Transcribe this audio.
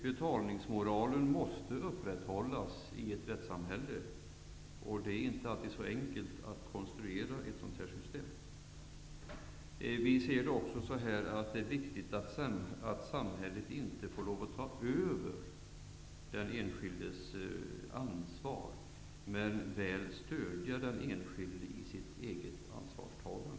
Betalningsmoralen måste upprätthållas i ett rättssamhälle, och det är inte helt enkelt att konstruera ett sådant här system. Vi anser att det är viktigt att samhället inte tar över den enskildes ansvar men väl stöder den enskildes ansvarstagande.